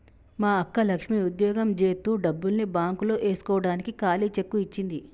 మా అక్క లక్ష్మి ఉద్యోగం జేత్తు డబ్బుల్ని బాంక్ లో ఏస్కోడానికి కాలీ సెక్కు ఇచ్చింది